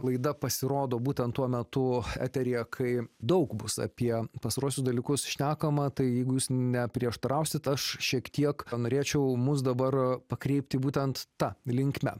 laida pasirodo būtent tuo metu eteryje kai daug bus apie pastaruosius dalykus šnekama tai jeigu jūs neprieštarausite aš šiek tiek norėčiau mus dabar pakreipti būtent ta linkme